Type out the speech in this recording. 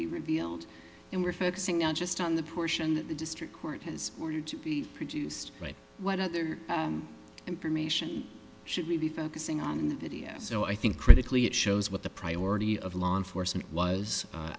be revealed and we're focusing not just on the portion that the district court has ordered to be produced right what other information should we be focusing on the video so i think critically it shows what the priority of law enforcement was